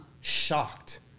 shocked